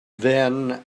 then